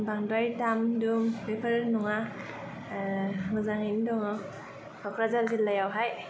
बांद्राय दाम दुम बेफोर नङा ओ मोजाङैनो दङ ककराझार जिल्लायाव हाय